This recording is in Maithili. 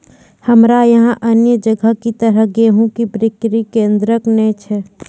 हमरा यहाँ अन्य जगह की तरह गेहूँ के बिक्री केन्द्रऽक नैय छैय?